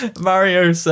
Mario